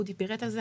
אודי פירט על זה,